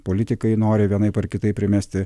politikai nori vienaip ar kitaip primesti